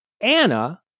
Anna